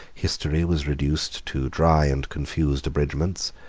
history was reduced to dry and confused abridgments,